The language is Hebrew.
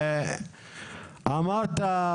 אמרת,